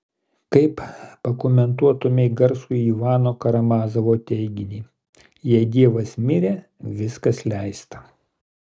kaip pakomentuotumei garsųjį ivano karamazovo teiginį jei dievas mirė viskas leista